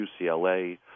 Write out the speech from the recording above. UCLA